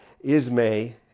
Ismay